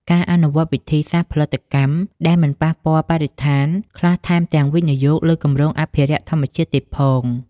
ការអនុវត្តវិធីសាស្រ្តផលិតកម្មដែលមិនប៉ះពាល់បរិស្ថាន ខ្លះថែមទាំងវិនិយោគលើគម្រោងអភិរក្សធម្មជាតិទៀតផង ។